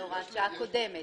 זה היה אחוז בהוראת שעה קודמת,